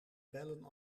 bellen